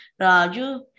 Raju